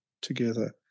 together